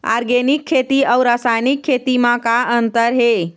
Organic खेती अउ रासायनिक खेती म का अंतर हे?